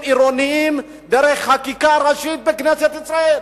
עירוניים דרך חקיקה ראשית בכנסת ישראל.